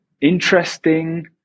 interesting